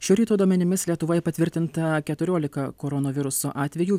šio ryto duomenimis lietuvoje patvirtinta keturiolika koronaviruso atvejų